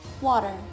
water